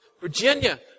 Virginia